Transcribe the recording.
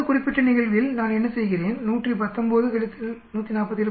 இந்த குறிப்பிட்ட நிகழ்வில் நான் என்ன செய்கிறேன் 119 147